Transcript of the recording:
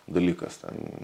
dalykas ten